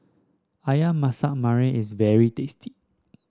ayam Masak Merah is very tasty